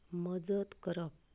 मजत करप